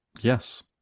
Yes